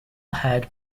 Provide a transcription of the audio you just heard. had